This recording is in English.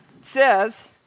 says